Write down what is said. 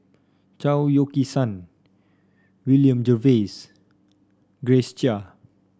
Chao Yoke San William Jervois Grace Chia